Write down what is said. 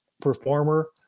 performer